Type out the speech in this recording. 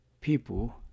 people